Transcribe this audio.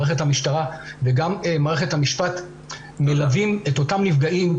מערכת המשטרה וגם מערכת המשפט מלווים את אותם נפגעים,